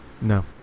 No